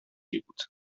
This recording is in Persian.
میبود